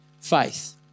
faith